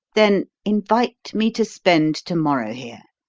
then invite me to spend to-morrow here,